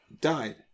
died